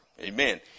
Amen